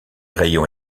rayons